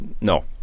No